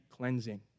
Cleansing